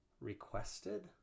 requested